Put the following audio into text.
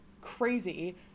crazy